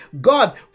God